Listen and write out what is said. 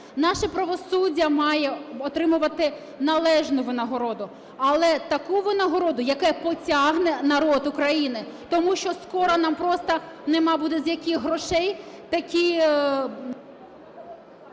наше правосуддя має отримувати належну винагороду. Але таку винагороду, яку потягне народ України, тому що скоро нам просто нема буде з яких грошей такі…